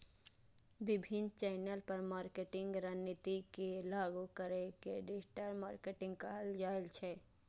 विभिन्न चैनल पर मार्केटिंग रणनीति के लागू करै के डिजिटल मार्केटिंग कहल जाइ छै